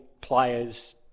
players